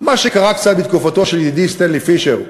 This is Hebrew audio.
מה שקרה קצת בתקופתו של ידידי סטנלי פישר,